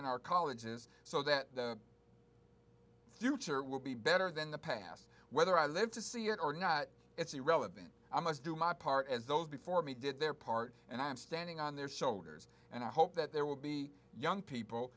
and our colleges so that future will be better than the past whether i live to see it or not it's irrelevant i must do my part as those before me did their part and i am standing on their shoulders and i hope that there will be young people